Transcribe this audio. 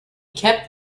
kept